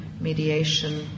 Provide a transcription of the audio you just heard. mediation